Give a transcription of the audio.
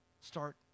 Start